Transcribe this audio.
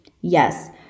Yes